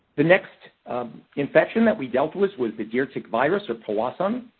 the next infection that we dealt with was the deer tick virus, or powassan.